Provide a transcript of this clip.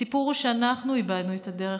הסיפור הוא שאנחנו איבדנו את הדרך,